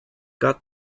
got